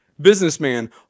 Businessman